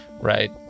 right